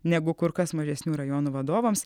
negu kur kas mažesnių rajonų vadovams